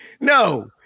No